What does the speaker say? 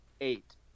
Eight